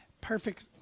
Perfect